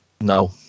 No